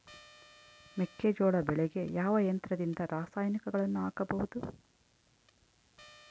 ಮೆಕ್ಕೆಜೋಳ ಬೆಳೆಗೆ ಯಾವ ಯಂತ್ರದಿಂದ ರಾಸಾಯನಿಕಗಳನ್ನು ಹಾಕಬಹುದು?